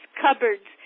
cupboards